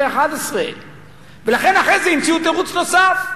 2011. ולכן אחרי זה המציאו תירוץ נוסף.